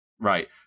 Right